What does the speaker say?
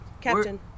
captain